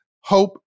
Hope